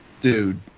dude